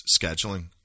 scheduling